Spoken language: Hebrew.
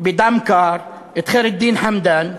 בדם קר את ח'יר א-דין חמדאן,